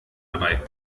dabei